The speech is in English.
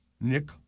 Nick